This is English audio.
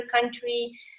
country